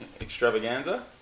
Extravaganza